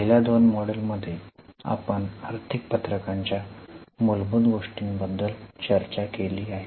पहिल्या दोन मॉड्यूलमध्ये आपण आर्थिक पत्रकांच्या मूलभूत गोष्टींबद्दल चर्चा केली आहे